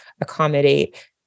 accommodate